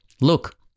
look